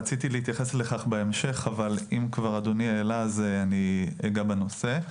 רציתי להתייחס לכך בהמשך אבל אם כבר אדוני העלה אז אגע בנושא.